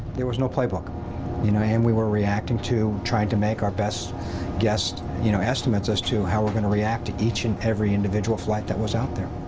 there was no playbook. you know, and we were reacting to try and to make our best guess you know estimates as to how we're going to react to each and every individual flight that was out there.